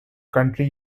country